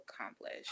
accomplish